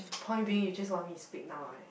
point being you just want me to speak now right